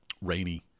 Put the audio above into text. rainy